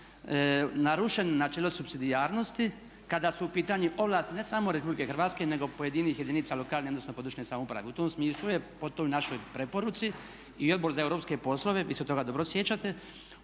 narušeno načelo supsidijarnosti kada su u pitanju ovlasti ne samo Republike Hrvatske nego i pojedinih jedinica lokalne odnosno područne samouprave. U tom smislu je, po toj našoj preporuci i Odbor za europske poslove, vi se toga dobro sjećate,